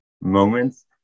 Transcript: moments